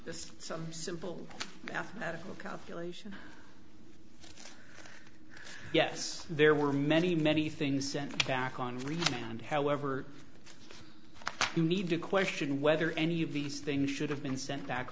just some simple mathematical calculation yes there were many many things sent back on reason and however you need to question whether any of these things should have been sent back